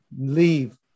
leave